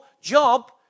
job